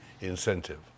incentive